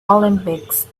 olympics